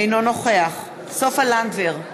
אינו נוכח סופה לנדבר,